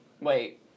Wait